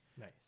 Nice